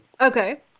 Okay